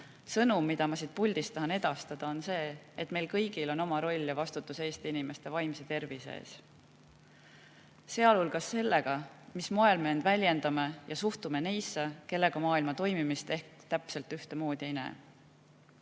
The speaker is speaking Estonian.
Sõnum, mida ma siit puldist tahan edastada, on see, et meil kõigil on oma roll ja vastutus Eesti inimeste vaimse tervise eest, sealhulgas sellega, mis moel me end väljendame ja suhtume neisse, kes maailma toimimist ehk täpselt nii ei näe